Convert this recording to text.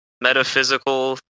metaphysical